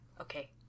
Okay